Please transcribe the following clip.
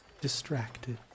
distracted